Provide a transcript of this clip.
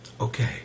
Okay